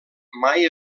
mai